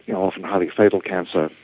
yeah often highly fatal cancer,